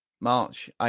March